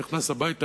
נכנס הביתה,